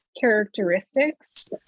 characteristics